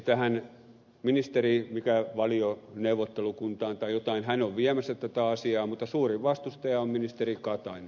tähän ministerineuvottelukuntaan tai johonkin hän on viemässä tätä asiaa mutta suurin vastustaja on ministeri katainen